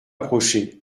approcher